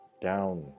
down